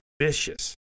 vicious